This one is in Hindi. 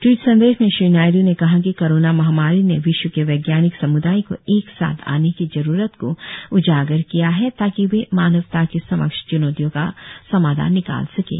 ट्वीट संदेश में श्री नायड् ने कहा कि कोरोना महामारी ने विश्व के वैज्ञानिक सम्दाय को एकसाथ आने की जरूरत को उजागर किया है ताकि वे मानवता के समक्ष च्नौतियों का समाधान निकाल सकें